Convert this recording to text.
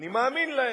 אני מאמין להם.